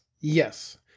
Yes